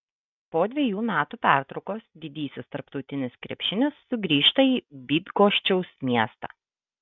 po dvejų metų pertraukos didysis tarptautinis krepšinis sugrįžta į bydgoščiaus miestą